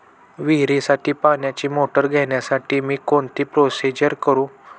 विहिरीसाठी पाण्याची मोटर घेण्यासाठी मी कोणती प्रोसिजर करु?